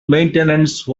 maintenance